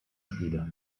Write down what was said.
spiele